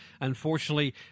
unfortunately